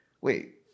Wait